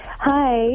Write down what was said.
Hi